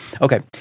okay